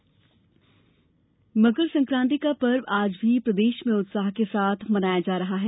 मकर संक्रांति मकर संक्रांति का पर्व आज भी प्रदेश में उत्साह के साथ मनाया जा रहा है